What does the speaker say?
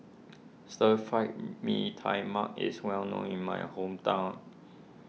Stir Fried Mee Tai Mak is well known in my hometown